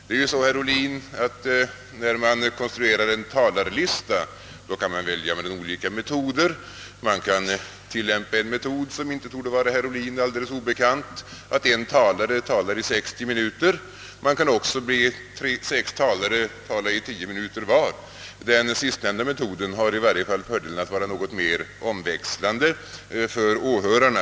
Det är ju på det sättet, herr Ohlin, att när man konstruerar en talarlista kan man välja mellan olika metoder. Man kan tillämpa en metod som inte borde vara herr Ohlin alldeles obekant, att en talare talar i 60 minuter, man kan också be sex talare tala i 10 minuter var. Den sistnämnda metoden har i varje fall fördelen att vara något mer omväxlande för åhörarna.